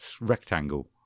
rectangle